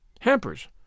Hampers